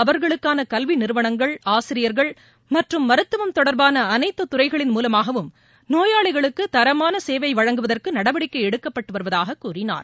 அவர்களுக்கான கல்வி நிறுவனங்கள் ஆசிரியர்கள் மற்றும் மருத்துவம் தொடர்பான அனைத்து துறைகளின் மூலமாகவும் நோயாளிகளுக்கு தரமான சேவை வழங்குவதற்கு நடவடிக்கை எடுக்கப்பட்டு வருவதாகக் கூறினார்